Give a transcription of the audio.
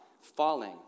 Falling